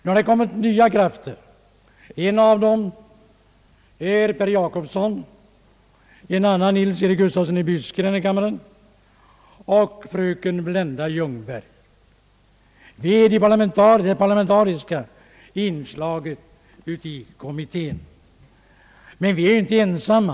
Det har kommit nya krafter — Per Jacobsson och Nils-Eric Gustafsson i denna kammare och fröken Blenda Ljungberg från medkammaren. Detta är det parlamentariska inslaget i kommittén. Men vi är inte ensamma.